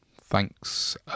Thanks